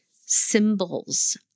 symbols